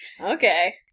Okay